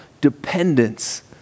dependence